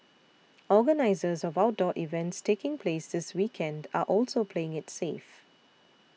organisers of outdoor events taking place this weekend are also playing it safe